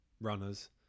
runners